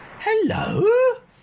hello